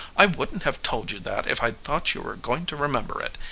i wouldn't have told you that if i'd thought you were going to remember it.